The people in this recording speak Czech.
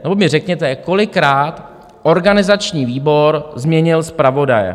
Nebo mi řekněte, kolikrát organizační výbor změnil zpravodaje?